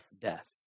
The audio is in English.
death